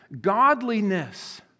godliness